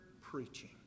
preaching